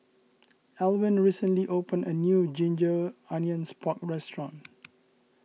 Alwine recently opened a new Ginger Onions Pork restaurant